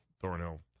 Thornhill